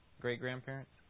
Great-grandparents